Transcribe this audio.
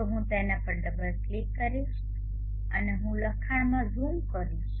તો હું તેના પર ડબલ ક્લિક કરીશ અને ચાલો હું લખાણમાં ઝૂમ વધારું